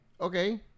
Okay